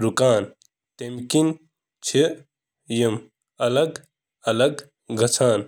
روزنس منٛز قاصر آسان۔